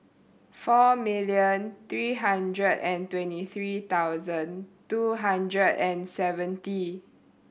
four million three hundred and twenty three thousand two hundred and seventy